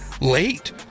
late